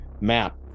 map